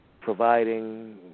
providing